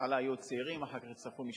בהתחלה היו צעירים ואחר כך הצטרפו משפחות,